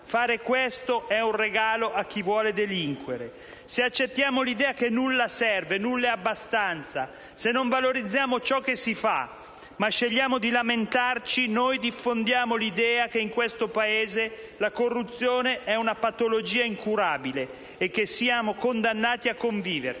è un regalo a chi vuole delinquere. Se accettiamo l'idea che nulla serve, nulla è abbastanza, se non valorizziamo ciò che si fa, ma scegliamo di lamentarci, diffondiamo l'idea che in questo Paese la corruzione è una patologia incurabile e che siamo condannati a conviverci: